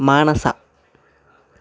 మానస